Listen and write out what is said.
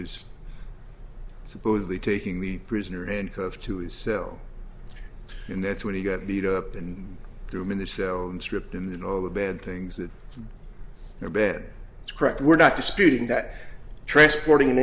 was supposedly taking the prisoner and cuffed to his cell and that's when he got beat up and threw him in a cell and stripped him in all the bad things that are bad to correct we're not disputing that transporting an